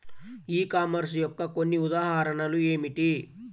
ఈ కామర్స్ యొక్క కొన్ని ఉదాహరణలు ఏమిటి?